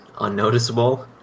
unnoticeable